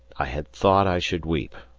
i had thought i should weep,